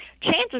chances